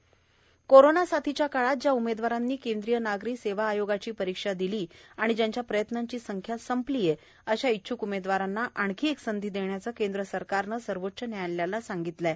नागरी सेवा परीक्षा कोरोना साथीच्या काळात ज्या उमेदवारांनी केंद्रीय नागरी सेवा आयोगाची परीक्षा दिल्या आहेत आणि ज्यांच्या प्रयत्नांची संख्या संपली आहे अशा इच्छक उमेदवारांना आणखी एक संधी देण्याचं केंद्र सरकारनं सर्वोच्च न्यायालयाला सांगितलं आहे